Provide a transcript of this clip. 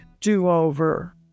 do-over